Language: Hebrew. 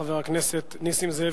חבר הכנסת נסים זאב,